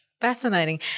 Fascinating